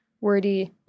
wordy